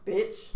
Bitch